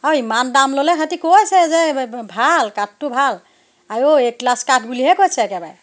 আৰু ইমান দাম ল'লে সিহঁতি কৈছে যে ভাল কাঠটো ভাল আইঔ এ ক্লাছ কাঠ বুলিহে কৈছে একেবাৰে